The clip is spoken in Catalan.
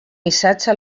missatge